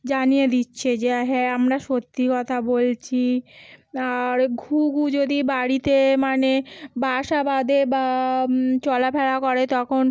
জানিয়ে দিচ্ছে যে হ্যাঁ আমরা সত্যি কথা বলছি আর ঘুঘু যদি বাড়িতে মানে বাসা বাধে বা চলা ফেরা করে তখন